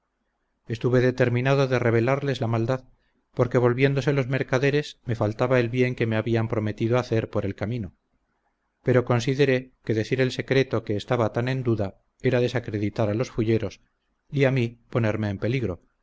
estuve determinado de revelarles la maldad porque volviéndose los mercaderes me faltaba el bien que me habían prometido hacer por el camino pero consideré que decir el secreto que estaba tan en duda era desacreditar a los fulleros y a mi ponerme en peligro